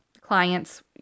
clients